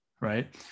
right